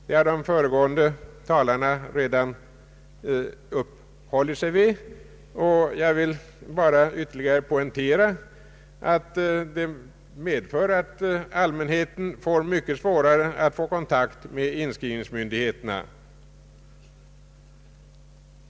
Det har de föregående talarna redan uppehållit sig vid, och jag vill en dast ytterligare poängtera att det medför att allmänheten får mycket svårare att hålla kontakt med inskrivningsmyndigheterna.